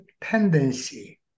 tendency